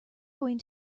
going